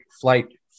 flight